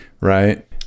Right